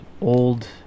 old